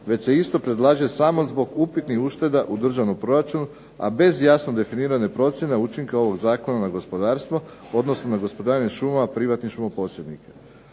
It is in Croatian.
već se isto predlaže samo zbog upitnih ušteda u državnom proračunu, a bez jasno definirane procjene učinka ovog zakona na gospodarstvo, odnosno na gospodarenje šumama privatnih šumo posjednika.